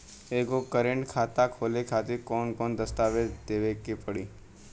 एगो करेंट खाता खोले खातिर कौन कौन दस्तावेज़ देवे के पड़ी?